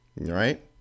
right